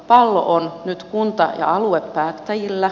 pallo on nyt kunta ja aluepäättäjillä